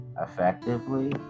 effectively